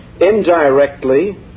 indirectly